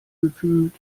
gefühlt